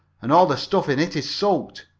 and all the stuff in it is soaked.